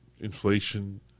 inflation